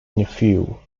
nephew